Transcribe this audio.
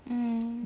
mm